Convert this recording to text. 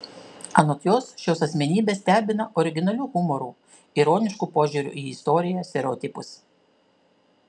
anot jos šios asmenybės stebina originaliu humoru ironišku požiūriu į istoriją stereotipus